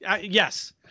yes